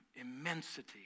immensity